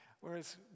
whereas